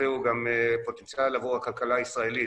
הוא גם פוטנציאל עבור הכלכלה הישראלית.